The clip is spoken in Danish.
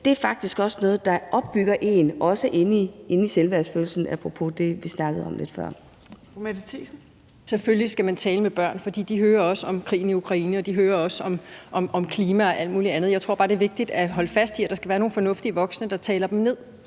Tredje næstformand (Trine Torp): Fru Mette Thiesen. Kl. 12:25 Mette Thiesen (NB): Selvfølgelig skal man tale med børnene, for de hører også om krigen i Ukraine, de hører også om klima og alt muligt andet. Jeg tror bare, det er vigtigt at holde fast i, at der skal være nogle fornuftige voksne, der taler de her